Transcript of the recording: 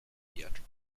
theatrical